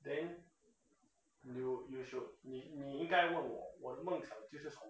then you you should 你你应该问我我的梦想就是从